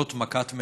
זאת מכת מדינה,